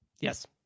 yes